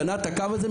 קנה את הקו הזה,